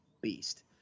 beast